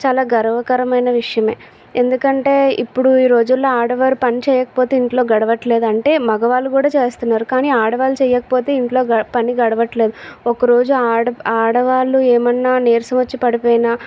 చాలా గర్వకరమైన విషయమే ఎందుకంటే ఇప్పుడు ఈ రోజుల్లో ఆడవారు పని చేయకపోతే ఇంట్లో గడవట్లేదు అంటే మగవాళ్ళు కూడా చేస్తున్నారు కానీ ఆడవాళ్ళు చేయకపోతే ఇంట్లో పని గడవట్లేదు ఒక్కరోజు ఆడ ఆడవాళ్ళు ఏమన్నా నీరసం వచ్చి పడిపోయినా